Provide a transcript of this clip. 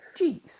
Jeez